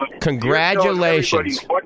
congratulations